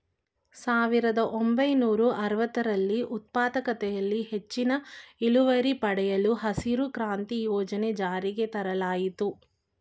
ಸಾವಿರದ ಒಂಬೈನೂರ ಅರವತ್ತರಲ್ಲಿ ಉತ್ಪಾದಕತೆಯಲ್ಲಿ ಹೆಚ್ಚಿನ ಇಳುವರಿ ಪಡೆಯಲು ಹಸಿರು ಕ್ರಾಂತಿ ಯೋಜನೆ ಜಾರಿಗೆ ತರಲಾಯಿತು